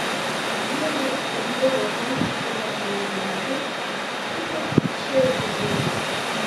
vienos pakliuvo paukštvanagiui į nagus kitos šiaip žuvo